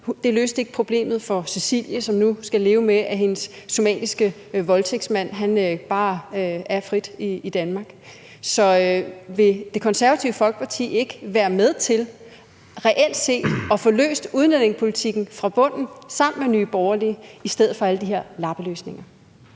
Det løste ikke problemet for Cecilie, som nu skal leve med, at hendes somaliske voldtægtsmand bare lever frit i Danmark. Så vil Det Konservative Folkeparti ikke være med til reelt set at få løst udlændingepolitikken fra bunden sammen med Nye Borgerlige i stedet for alle de her lappeløsninger?